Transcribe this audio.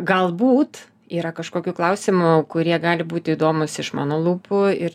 galbūt yra kažkokių klausimų kurie gali būti įdomūs iš mano lūpų ir